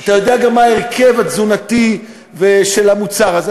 ואתה גם יודע מה ההרכב התזונתי של המוצר הזה.